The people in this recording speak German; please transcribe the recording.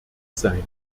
sein